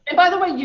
and by the way,